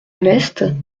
neste